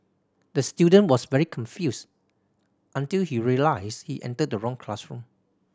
the student was very confused until he realised he entered the wrong classroom